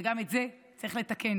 גם את זה צריך לתקן.